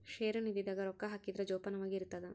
ಷೇರು ನಿಧಿ ದಾಗ ರೊಕ್ಕ ಹಾಕಿದ್ರ ಜೋಪಾನವಾಗಿ ಇರ್ತದ